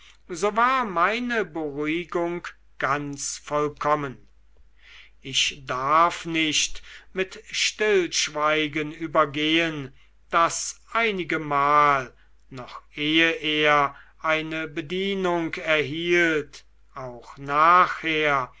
so war meine beruhigung ganz vollkommen ich darf nicht mit stillschweigen übergehen daß einigemal noch eh er eine bedienung erhielt auch nachher